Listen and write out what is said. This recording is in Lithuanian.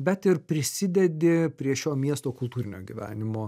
bet ir prisidedi prie šio miesto kultūrinio gyvenimo